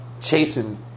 chasing